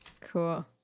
cool